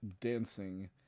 dancing